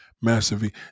massively